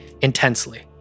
intensely